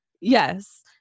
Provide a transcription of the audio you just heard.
Yes